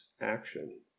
action